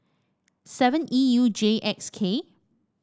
seven E U J X K